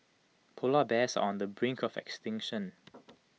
Polar Bears are on the brink of extinction